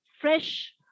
fresh